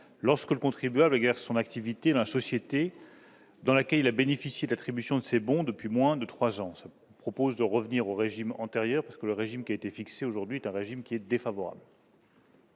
lorsque le contribuable exerce son activité dans la société dans laquelle il a bénéficié de l'attribution de ces bons depuis moins de trois ans. Il s'agit de revenir au régime antérieur, le régime fixé aujourd'hui étant défavorable.